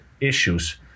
issues